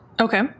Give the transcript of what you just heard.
Okay